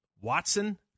Watson